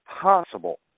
possible